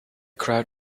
crowd